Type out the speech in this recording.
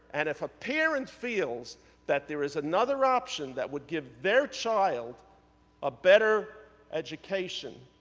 and if a parent feels that there is another option that would give their child a better education,